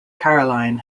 caroline